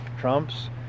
Trump's